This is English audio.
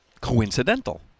Coincidental